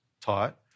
taught